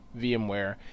VMware